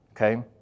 Okay